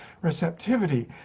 receptivity